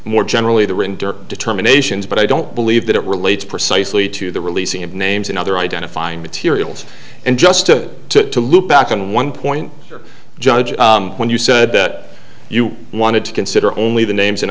more generally the rinder determinations but i don't believe that it relates precisely to the releasing of names and other identifying materials and just to look back on one point or judge when you said that you wanted to consider only the names